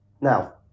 Now